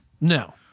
No